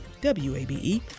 WABE